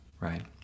right